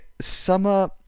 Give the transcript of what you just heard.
summer